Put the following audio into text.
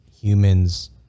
humans